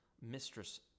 mistress